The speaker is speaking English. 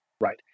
Right